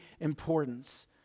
importance